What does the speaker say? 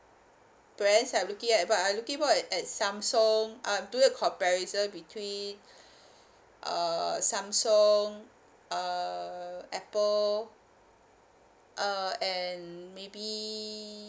brands that I'm looking at but I'm looking more at at samsung uh do a comparison between err samsung err apple uh and maybe